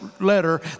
letter